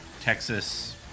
Texas